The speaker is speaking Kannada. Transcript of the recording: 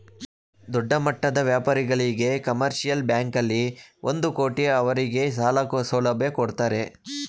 ದೊಡ್ಡಮಟ್ಟದ ವ್ಯಾಪಾರಿಗಳಿಗೆ ಕಮರ್ಷಿಯಲ್ ಬ್ಯಾಂಕಲ್ಲಿ ಒಂದು ಕೋಟಿ ಅವರಿಗೆ ಸಾಲ ಸೌಲಭ್ಯ ಕೊಡ್ತಾರೆ